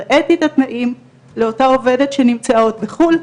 הראיתי את התנאים לאותה עובדת שנמצאה מחו"ל,